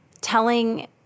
telling